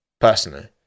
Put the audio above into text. personally